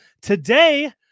Today